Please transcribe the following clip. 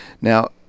Now